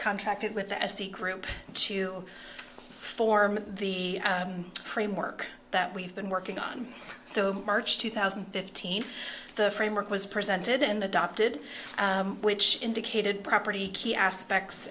contracted with the s t group to form the framework that we've been working on so march two thousand and fifteen the framework was presented and adopted which indicated property key aspects